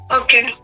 okay